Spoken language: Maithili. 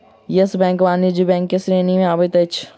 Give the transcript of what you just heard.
येस बैंक वाणिज्य बैंक के श्रेणी में अबैत अछि